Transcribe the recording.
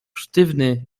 sztywny